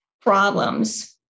problems